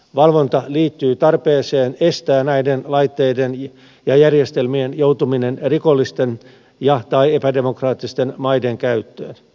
valvonta liittyy tarpeeseen estää näiden laitteiden ja järjestelmien joutuminen rikollisten tai epädemokraattisten maiden käyttöön